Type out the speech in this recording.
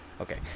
Okay